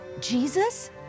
Jesus